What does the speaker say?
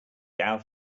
out